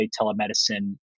telemedicine